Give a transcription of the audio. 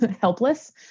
helpless